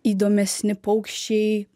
įdomesni paukščiai